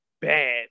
bad